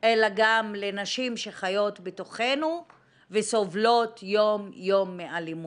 אלא גם לנשים שחיות בתוכנו וסובלות יום יום מאלימות.